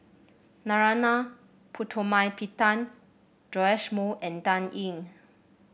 Narana Putumaippittan Joash Moo and Dan Ying